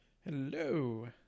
hello